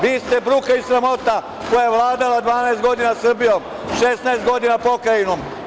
Vi ste bruka i sramota koja je vladala 12 godina Srbijom, 16 godina Pokrajinom.